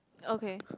okay